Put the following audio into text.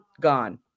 gone